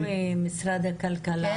לדעתי נציגי זרוע העבודה במשרד הכלכלה